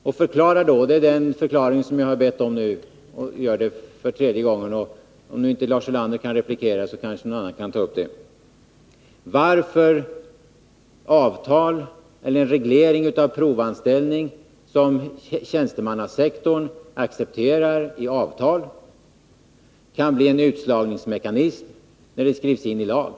Ge mig nu den förklaring som jag för tredje gången ber om — om inte Lars Ulander kan replikera kanske någon annan kan ta upp frågan — varför avtal eller reglering av provanställning som tjänstemannasektorn accepterar i avtal kan bli en utslagningsmekanism när den skrivs in i lag.